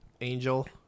Angel